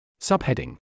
Subheading